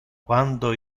quando